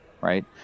right